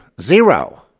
Zero